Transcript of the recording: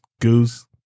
goose